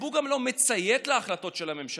הציבור גם לא מציית להחלטות של הממשלה.